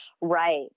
Right